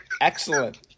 Excellent